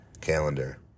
calendar